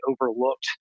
overlooked